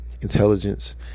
intelligence